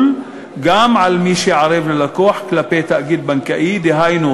גם על מי שערב ללקוח כלפי תאגיד בנקאי,